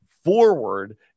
forward